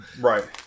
Right